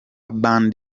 band